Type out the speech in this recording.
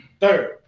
Third